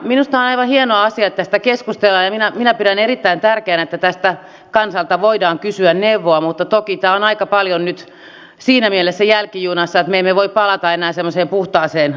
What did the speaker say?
minusta on aivan hieno asia että tästä keskustellaan ja minä pidän erittäin tärkeänä että tästä kansalta voidaan kysynä neuvoa mutta toki tämä on aika paljon nyt siinä mielessä jälkijunassa että me emme voi palata enää semmoiseen puhtaaseen autenttiseen tilanteeseen